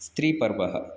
स्त्रीपर्वः